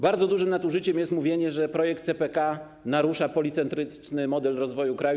Bardzo dużym nadużyciem jest mówienie, że projekt CPK narusza policentryczny model rozwoju kraju.